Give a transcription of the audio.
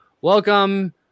Welcome